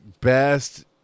best